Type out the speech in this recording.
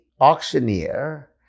auctioneer